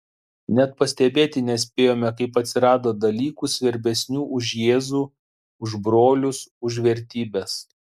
net pastebėti nespėjome kaip atsirado dalykų svarbesnių už jėzų už brolius už vertybes